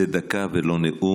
זה דקה ולא נאום.